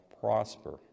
prosper